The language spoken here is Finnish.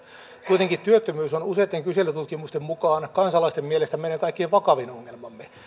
kuitenkin työttömyys on useitten kyselytutkimusten mukaan kansalaisten mielestä meidän kaikkein vakavin ongelmamme